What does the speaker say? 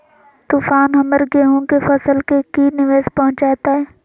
तूफान हमर गेंहू के फसल के की निवेस पहुचैताय?